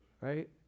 Right